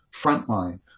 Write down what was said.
Frontline